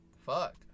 Fuck